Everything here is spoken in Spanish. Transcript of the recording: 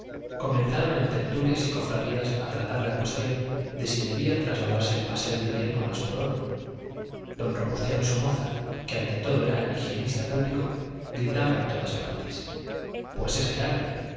comenzaron en tertulias y cofradías a tratar la cuestión de si debía trasladarse el paseo de invierno al espolón don robustiano somoza que ante todo era higienista público gritaba en todas partes pues es claro